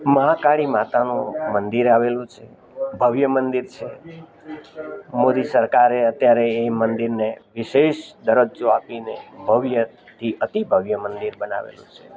મહાકાળી માતાનું મંદિર આવેલું છે ભવ્ય મંદિર છે મોદી સરકારે અત્યારે એ મંદિરને વિશેષ દરજ્જો આપીને ભવ્યથી અતિ ભવ્ય મંદિર બનાવેલું છે